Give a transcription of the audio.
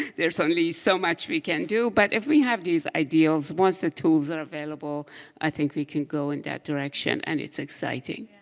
there's only so much we can do. but if we have these ideals, once the tools are available i think we can go in that direction. and it's exciting.